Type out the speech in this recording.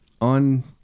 on